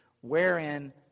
wherein